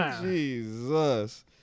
Jesus